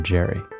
Jerry